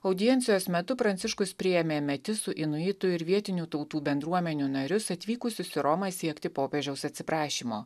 audiencijos metu pranciškus priėmė metisų inuitų ir vietinių tautų bendruomenių narius atvykusius į romą siekti popiežiaus atsiprašymo